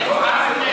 באיזה יישוב ג'ו אלון?